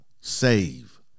Save